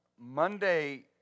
Monday